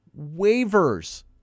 waivers